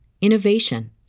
innovation